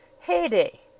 Heyday